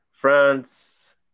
France